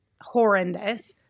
horrendous